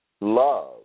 love